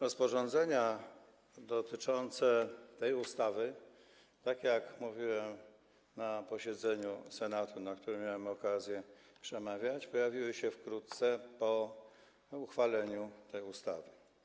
Rozporządzenia dotyczące tej ustawy, tak jak mówiłem na posiedzeniu Senatu, na którym miałem okazję przemawiać, pojawiły się wkrótce po uchwaleniu tej ustawy.